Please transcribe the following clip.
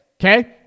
okay